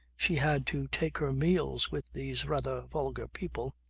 she had to take her meals with these rather vulgar people.